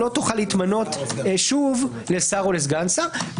לא נצביע על סעיף 3 הזה והתיקונים בחוק יסוד: